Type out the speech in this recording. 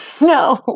No